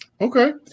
Okay